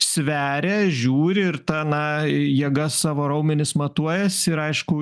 sveria žiūri ir ta na jėga savo raumenis matuojas ir aišku